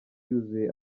yuzuye